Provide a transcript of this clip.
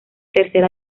tercera